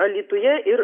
alytuje ir